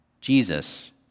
Jesus